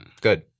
Good